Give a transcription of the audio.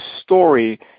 story